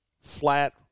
flat